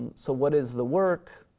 so what is the work?